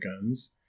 guns